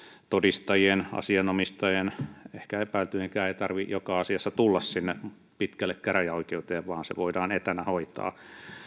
todistajien asianomistajien ehkä epäiltyjenkään ei tarvitse joka asiassa tulla sinne pitkälle käräjäoikeuteen vaan se voidaan etänä hoitaa